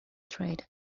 trade